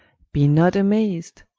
be not amaz'd,